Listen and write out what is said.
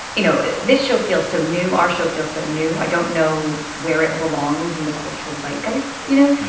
you know, this show feels so new. our show feels so new. i don't know where it belongs in the cultural zeitgeist, you know.